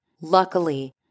Luckily